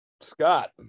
Scott